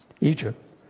Egypt